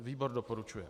Výbor doporučuje.